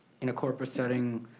in a corporate setting,